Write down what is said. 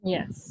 Yes